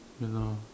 you know